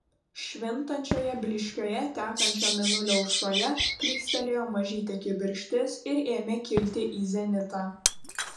švintančioje blyškioje tekančio mėnulio aušroje plykstelėjo mažytė kibirkštis ir ėmė kilti į zenitą